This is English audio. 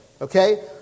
Okay